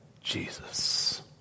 Jesus